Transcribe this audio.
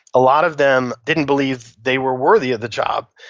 a lot of them didn't believe they were worthy of the job,